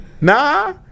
Nah